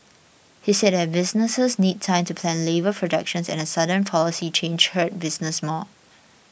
he said that businesses need time to plan labour projections and a sudden policy change hurt businesses more